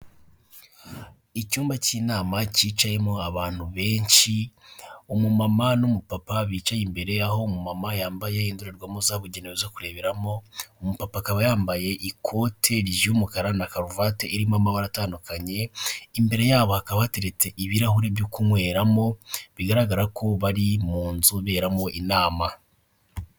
Icyumba cy'inama cyicayemo abantu benshi, umumama n'umupapa bicaye imbere, aho mama yambaye indorerwamo zabugenewe zo kureberamo, umupapa akaba yambaye ikote ry'umukara na karuvati irimo amabara atandukanye, imbere yabo hakaba hateretse ibirahuri byo kunyweramo, bigaragara ko bari mu nzu iberamo inama.